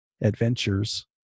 adventures